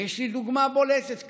ויש לי דוגמה בולטת כאן: